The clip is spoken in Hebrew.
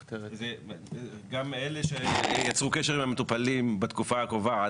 גם אלה שיצרו קשר עם המטופלים בתקופה הקרובה,